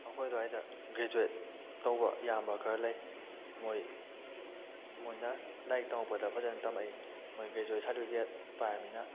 ꯑꯩꯈꯣꯏ ꯑꯗ꯭ꯋꯥꯏꯗ ꯒ꯭ꯔꯦꯖꯨꯋꯦꯠ ꯇꯧꯕ ꯏꯌꯥꯝꯕ ꯈꯔ ꯂꯩ ꯃꯣꯏ ꯃꯣꯏꯅ ꯂꯥꯏꯔꯤꯛ ꯇꯝꯃꯛꯄꯗ ꯐꯖꯅ ꯇꯝꯃꯛꯏ ꯃꯣꯏ ꯒ꯭ꯔꯦꯖꯨꯋꯦꯠ ꯁꯥꯔꯇꯤꯐꯤꯀꯦꯠ ꯄꯥꯏꯔꯃꯤꯅ